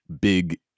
Big